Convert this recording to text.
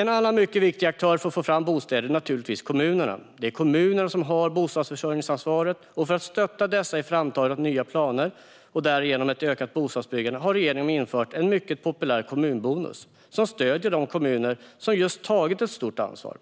En annan viktig aktör för att få fram bostäder är naturligtvis kommunerna. Det är kommunerna som har bostadsförsörjningsansvaret, och för att stötta kommunerna i framtagandet av nya planer och därigenom stötta ett ökat bostadsbyggande har regeringen infört en mycket populär kommunbonus, som stöder de kommuner som tagit ett stort ansvar.